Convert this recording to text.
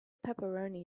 pepperoni